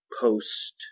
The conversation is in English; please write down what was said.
post